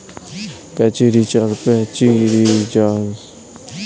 প্যাচিরিজাস বা শাঁকালু হল এক ধরনের গ্রীষ্মমণ্ডলীয় সবজি